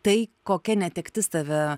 tai kokia netektis tave